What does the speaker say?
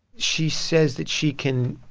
she says that she can